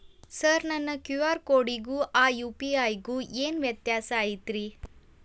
Sir ನನ್ನ QR ಕೊಡಿಗೂ ಆ ಯು.ಪಿ.ಐ ಗೂ ಏನ್ ವ್ಯತ್ಯಾಸ ಐತ್ರಿ?